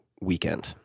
weekend